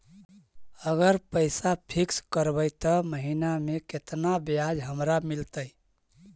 अगर पैसा फिक्स करबै त महिना मे केतना ब्याज हमरा मिलतै?